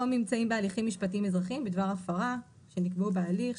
או ממצאים בהליכים משפטיים אזרחיים בדבר הפרה שנקבעו בהליך,